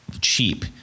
cheap